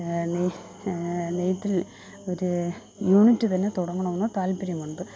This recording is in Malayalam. നെയ്ത്തിൽ ഒരു യൂണിറ്റ് തന്നെ തുടങ്ങണമെന്ന് താല്പര്യമുണ്ട്